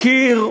מכיר,